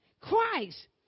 Christ